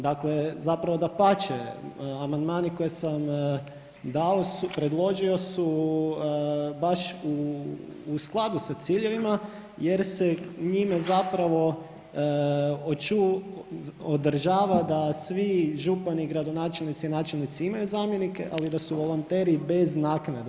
Dakle, zapravo dapače amandmani koje sam dao, predložio su baš u skladu sa ciljevima jer se njime zapravo održava da svi župani i gradonačelnici, načelnici imaju zamjenike, ali da su volonteri bez naknade.